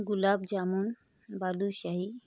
gulab jamun balushahi